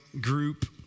group